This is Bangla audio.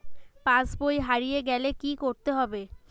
পাশবই হারিয়ে গেলে কি করতে হবে?